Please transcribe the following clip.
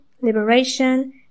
liberation